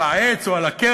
על העץ או על הקרח,